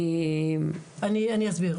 אני אסביר.